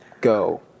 go